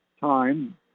time